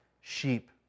sheep